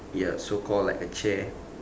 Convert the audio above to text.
ya so called like a chair